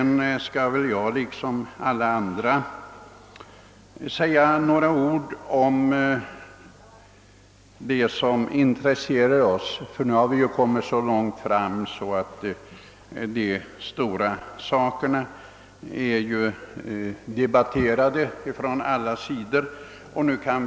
Vidare skall väl jag liksom aila andra säga några ord om det som intresserar mig. Vi har nämligen nu kommit så långt att de stora frågorna redan hunnit debatteras från alla synpunkter.